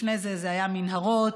לפני זה היו מנהרות.